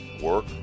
work